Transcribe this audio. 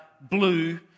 blue